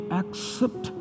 accept